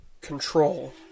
Control